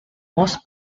most